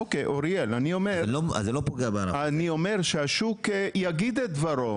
אוקי, אז אני אומר שהשוק יגיד את דברו.